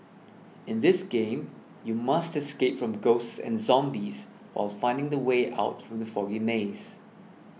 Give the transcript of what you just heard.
in this game you must escape from ghosts and zombies or finding the way out from the foggy maze